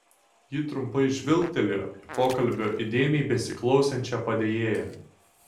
ji trumpai žvilgtelėjo į pokalbio įdėmiai besiklausančią padėjėją